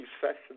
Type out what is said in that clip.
sessions